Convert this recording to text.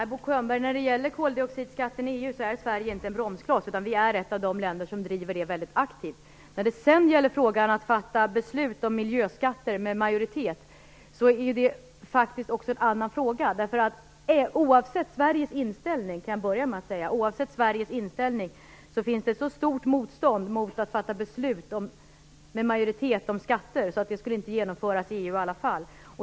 Herr talman! När det gäller koldioxidskatten i EU, Bo Könberg, är Sverige inte en bromskloss. Vi är ett av de länder som driver den frågan mycket aktivt. Att fatta beslut om miljöskatter med majoritet är faktiskt en annan fråga. Oavsett Sveriges inställning - det kan jag börja med att säga - finns det ett så stort motstånd mot att fatta beslut om skatter med majoritet att det i alla fall inte skulle genomföras i EU.